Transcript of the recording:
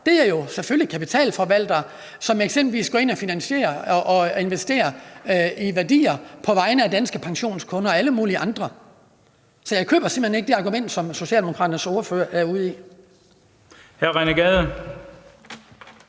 er selvfølgelig kapitalforvaltere, som eksempelvis går ind og investerer i værdier på vegne af danske pensionskunder og alle mulige andre. Så jeg køber simpelt hen ikke det argument, som Socialdemokratiets ordfører er ude i.